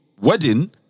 wedding